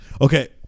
Okay